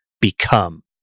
become